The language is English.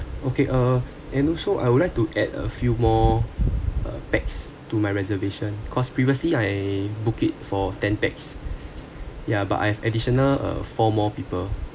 okay uh and also I would like to add a few more uh pax to my reservation cause previously I book it for ten pax ya but I have additional uh four more people